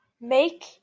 make